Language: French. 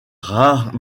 rares